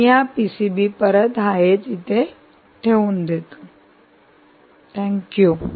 तर मी हा पीसीबी परत आहे तिथे ठेवून देतो